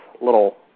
little